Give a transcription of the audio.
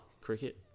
cricket